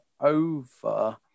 over